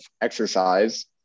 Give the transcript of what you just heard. exercise